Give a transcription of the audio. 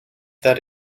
that